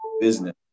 business